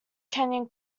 canyon